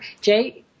Jay